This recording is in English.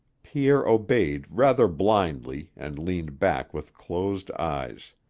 pierre obeyed rather blindly and leaned back with closed eyes.